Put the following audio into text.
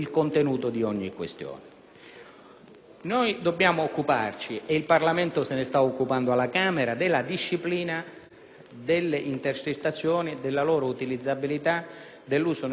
Noi dobbiamo occuparci - e il Parlamento lo sta facendo alla Camera - della disciplina delle intercettazioni, della loro utilizzabilità, del loro uso nel processo e, soprattutto, fuori